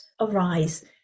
arise